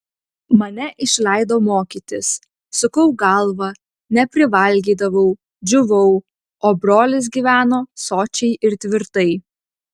mane išleido mokytis sukau galvą neprivalgydavau džiūvau o brolis gyveno sočiai ir tvirtai